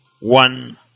one